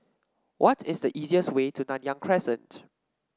what is the easiest way to Nanyang Crescent